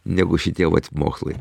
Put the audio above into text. negu šitie mokslai